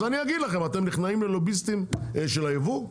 אז אני אגיד לכם, אתם נכנעים ללוביסטים של הייבוא.